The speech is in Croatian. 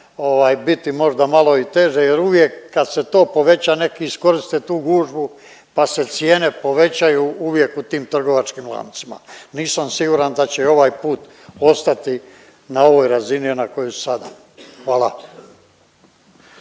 biti možda malo i teže jer uvijek kad se to poveća neki iskoriste tu gužvu pa se cijene povećaju uvijek u tim trgovačkim lancima. Nisam siguran da će i ovaj put ostati na ovoj razini na kojoj su sada. Hvala.